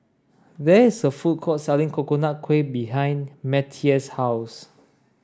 there is a food court selling Coconut Kuih behind Mattye's house